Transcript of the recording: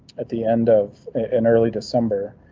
at the end of an early december.